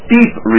deep